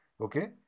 Okay